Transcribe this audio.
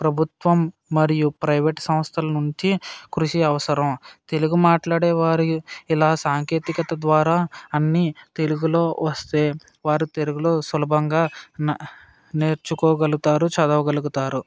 ప్రభుత్వం మరియు ప్రైవేట్ సంస్థల నుంచి కృషి అవసరం తెలుగు మాట్లాడే వారి ఇలా సాంకేతికత ద్వారా అన్ని తెలుగులో వస్తే వారు తెలుగులో సులభంగా న నేర్చుకోగలుగుతారు చదవగలుగుతారు